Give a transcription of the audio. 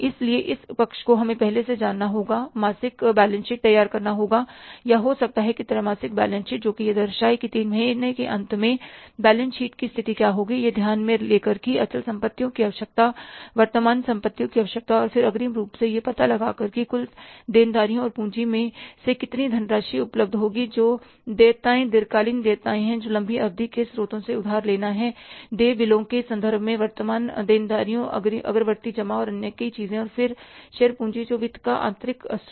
इसलिए इस पक्ष को हमें पहले से जानना होगा मासिक बैलेंस शीट तैयार करना होगा या हो सकता है कि त्रैमासिक बैलेंस शीट जोकि यह दर्शाए कि 3 महीने के अंत में बैलेंस शीट की स्थिति क्या होगी यह ध्यान में लेकर कि अचल संपत्तियों की आवश्यकता वर्तमान संपत्तियों की आवश्यकता और फिर अग्रिम रूप से यह पता लगा कर कि कुल देनदारियों और पूंजी से कितनी धनराशि उपलब्ध होगी जो देयताएं दीर्घकालिक देयताएं हैं लंबी अवधि के स्रोतों से उधार लेना है देय बिलों के संदर्भ में वर्तमान देनदारियां अग्रवर्ती जमा और अन्य कई चीजें और फिर शेयर पूंजी जो वित्त का आंतरिक स्रोत है